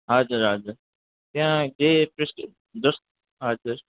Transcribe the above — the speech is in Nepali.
हजुर हजुर त्यहाँ केही त्यस्तो जस्तो हजुर